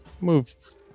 move